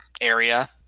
area